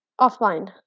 offline